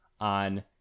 on